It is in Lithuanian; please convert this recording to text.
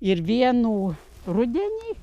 ir vienų rudenį